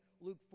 Luke